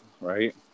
right